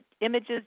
images